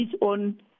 on